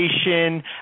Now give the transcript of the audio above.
education